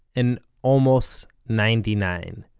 and almost ninety-nine.